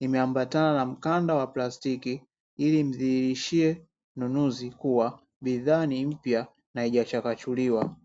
nimeambatana na mkanda wa plastiki ili mdhihirishie nunuzi kuwa bidhaa na haijachakachuliwa.